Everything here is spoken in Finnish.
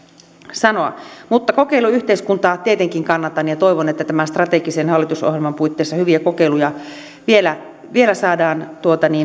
sanoa kokeiluyhteiskuntaa tietenkin kannatan ja toivon että tämän strategisen hallitusohjelman puitteissa vielä hyviä kokeiluja saadaan